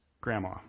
grandma